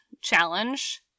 challenge